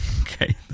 Okay